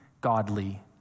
godly